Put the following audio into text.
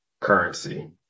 currency